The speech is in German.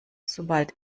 sobald